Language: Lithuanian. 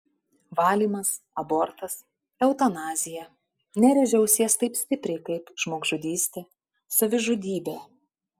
valymas abortas eutanazija nerėžia ausies taip stipriai kaip žmogžudystė savižudybė